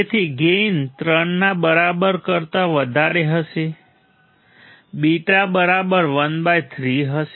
તેથી ગેઇન 3 ના બરાબર કરતાં વધારે હશે બીટા બરાબર 13 હશે